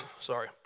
sorry